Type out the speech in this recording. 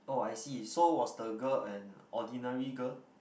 oh I see so was the girl an ordinary girl